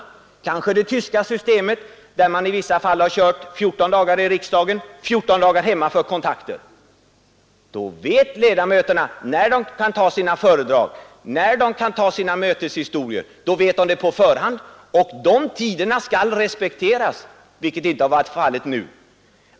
Kanske kunde vi följa det tyska systemet, där man i vissa fall kör 14 dagar i riksdagen och har 14 dagar hemma för kontakter. Då vet ledamöterna på förhand när de kan hålla sina föredrag, när de kan ha sina möten, och de tiderna skall respekteras, vilket inte har varit fallet nu.